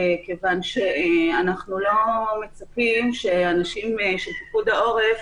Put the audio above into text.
כיוון שאנחנו לא מצפים שאנשים של פיקוד העורף